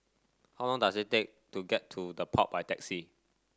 how long does it take to get to The Pod by taxi